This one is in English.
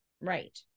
right